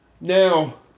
Now